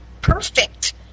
Perfect